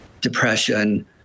depression